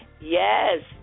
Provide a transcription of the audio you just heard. yes